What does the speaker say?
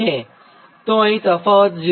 અને અહીં તફાવત 0